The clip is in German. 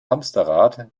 hamsterrad